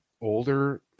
older